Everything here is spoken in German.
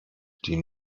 die